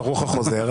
ברוך החוזר.